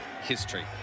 history